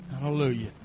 Hallelujah